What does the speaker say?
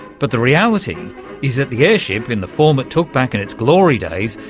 but the reality is that the airship, in the form it took back in its glory days,